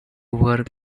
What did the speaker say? work